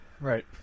Right